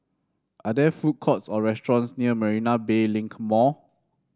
are there food courts or restaurants near Marina Bay Link Mall